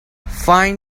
find